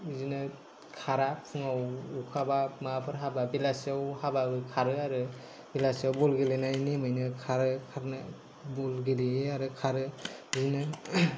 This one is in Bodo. बिदिनो खारा फुङाव अखा बा माबाफोर हाबा बेलासियाव हाबा खारो आरो बेलासियाव बल गेलेनायनि नामैनो खारो बल गेलेयो आरो खारो बिदिनो